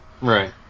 Right